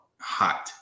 hot